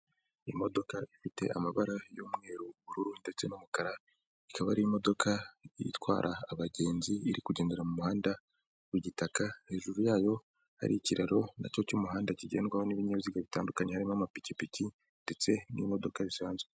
Imodoka ifite amabara y'umweru, ubururu ndetse n'umukara, ikaba ari imodoka itwara abagenzi iri kugendera mu muhanda w'igitaka, hejuru yayo hari ikiraro nacyo cy'umuhanda kigendwaho n'ibinyabiziga bitandukanye harimo amapikipiki ndetse n'imodoka zisanzwe.